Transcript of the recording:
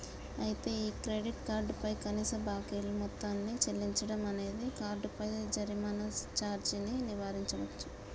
అయితే ఈ credit card పై కనీస బాకీలు మొత్తాన్ని చెల్లించడం అనేది కార్డుపై జరిమానా సార్జీని నివారించవచ్చు